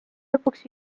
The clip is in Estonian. lõpuks